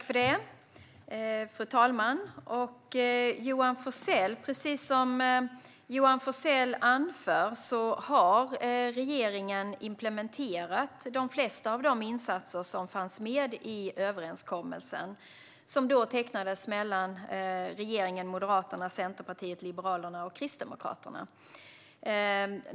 Fru talman! Precis som Johan Forssell anför har regeringen implementerat de flesta av de insatser som fanns med i överenskommelsen som tecknades mellan regeringen, Moderaterna, Centerpartiet, Liberalerna och Kristdemokraterna.